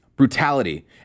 Brutality